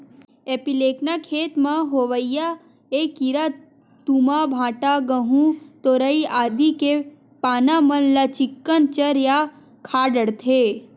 एपीलेकना खेत म होवइया ऐ कीरा तुमा, भांटा, गहूँ, तरोई आदि के पाना मन ल चिक्कन चर या खा डरथे